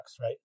Right